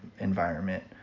environment